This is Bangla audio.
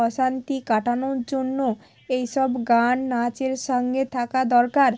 অশান্তি কাটানোর জন্য এই সব গান নাচের সঙ্গে থাকা দরকার